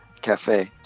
cafe